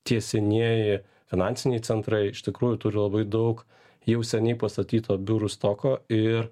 tie senieji finansiniai centrai iš tikrųjų turi labai daug jau seniai pastatyto biurų stoko ir